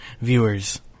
viewers